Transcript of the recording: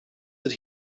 that